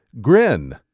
Grin